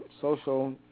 social